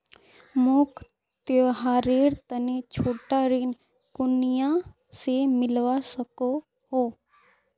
मोक त्योहारेर तने छोटा ऋण कुनियाँ से मिलवा सको हो?